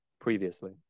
previously